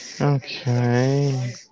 Okay